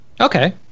okay